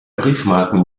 briefmarken